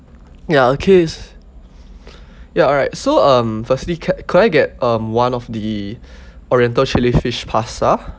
ya okay is ya alright so um firstly can could I get um one of the oriental chilli fish pasta